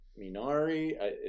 Minari